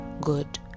good